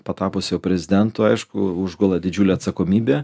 patapus jau prezidentu aišku užgula didžiulė atsakomybė